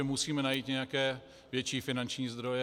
Musíme najít nějaké větší finanční zdroje.